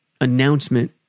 announcement